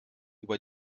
über